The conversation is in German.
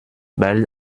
bald